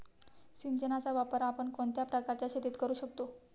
सिंचनाचा वापर आपण कोणत्या प्रकारच्या शेतीत करू शकतो?